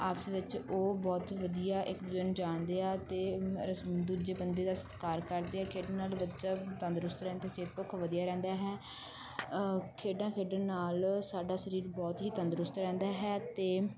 ਆਪਸ ਵਿੱਚ ਉਹ ਬਹੁਤ ਵਧੀਆ ਇੱਕ ਦੂਏ ਨੂੰ ਜਾਣਦੇ ਆ ਅਤੇ ਰਸ ਦੂਜੇ ਬੰਦੇ ਦਾ ਸਤਿਕਾਰ ਕਰਦੇ ਆ ਖੇਡਣ ਨਾਲ ਬੱਚਾ ਤੰਦਰੁਸਤ ਰਹਿੰਦਾ ਅਤੇ ਸਿਹਤ ਪੱਖੋਂ ਵਧੀਆ ਰਹਿੰਦਾ ਹੈ ਖੇਡਾਂ ਖੇਡਣ ਨਾਲ ਸਾਡਾ ਸਰੀਰ ਬਹੁਤ ਹੀ ਤੰਦਰੁਸਤ ਰਹਿੰਦਾ ਹੈ ਅਤੇ